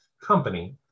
company